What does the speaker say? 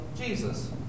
Jesus